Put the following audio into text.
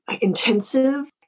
intensive